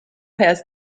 has